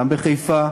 גם בחיפה,